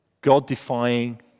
God-defying